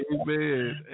Amen